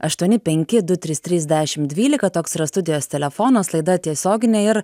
aštuoni penki du trys trys dešim dvylika toks yra studijos telefonas laida tiesioginė ir